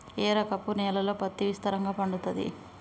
ఏ రకపు నేలల్లో పత్తి విస్తారంగా పండుతది?